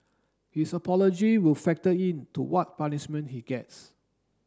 his apology will factor in to what punishment he gets